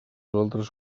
altres